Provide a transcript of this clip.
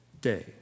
day